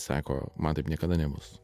sako man taip niekada nebus